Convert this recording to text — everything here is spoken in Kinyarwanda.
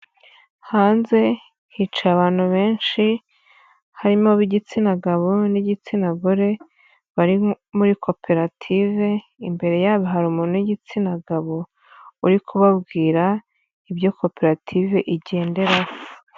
Hanze hica abantu benshi harimob'igitsina gabo n'igitsina gore, bari muri koperative imbere yabo hari umuntu w'igitsina gabo uri kubabwira ibyo koperative igenderaho.